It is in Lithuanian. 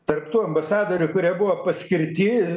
tarp tų ambasadorių kurie buvo paskirti